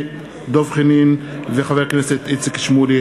דב חנין ואיציק שמולי.